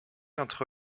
entre